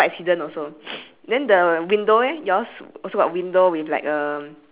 so on the door you you have the word open right any other things that